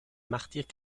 martyrs